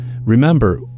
Remember